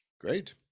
Great